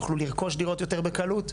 אפשר יהיה לרכוש דירות יותר בקלות.